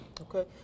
Okay